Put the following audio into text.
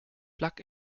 plug